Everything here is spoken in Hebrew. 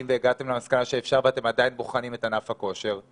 והגעתם למסקנה שאפשר ואתם עדיין בוחנים את ענף הכושר?